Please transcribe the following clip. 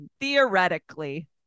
Theoretically